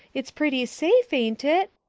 it's pretty safe, ain't it?